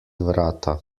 vrata